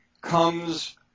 comes